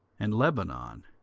and lebanon.